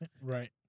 Right